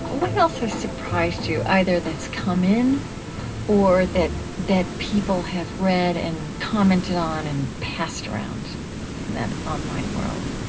what else has surprised you, either that's come in or that that people have read and commented on and passed around in and that online world?